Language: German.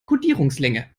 kodierungslänge